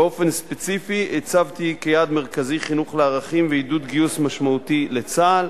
באופן ספציפי הצבתי כיעד מרכזי חינוך לערכים ועידוד גיוס משמעותי לצה"ל.